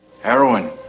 Heroin